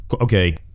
Okay